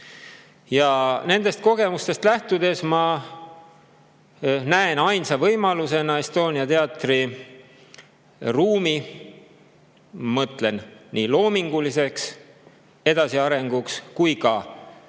Nendest kogemustest lähtudes ma näen ainsa võimalusena Estonia ruumi – mõtlen nii loominguliseks edasiarenguks kui ka